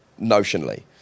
notionally